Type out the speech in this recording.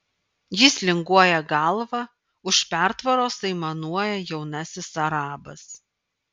jis linguoja galva už pertvaros aimanuoja jaunasis arabas